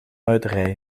muiterij